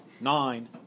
Nine